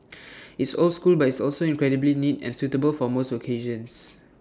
it's old school but it's also incredibly neat and suitable for most occasions